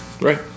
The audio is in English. Right